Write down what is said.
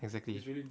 exactly